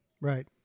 Right